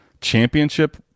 championship